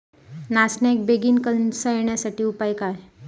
नाचण्याक बेगीन कणसा येण्यासाठी उपाय काय?